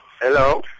Hello